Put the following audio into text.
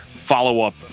follow-up